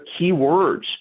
keywords